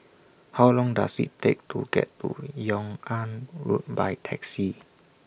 How Long Does IT Take to get to Yung An Road By Taxi